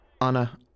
anna